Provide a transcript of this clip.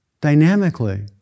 dynamically